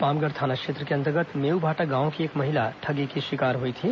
पामगढ़ थाना क्षेत्र के अंतर्गत मेउभांटा गांव की एक महिला ठगी का शिकार हुई थी